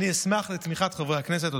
אשמח לתמיכת חברי הכנסת.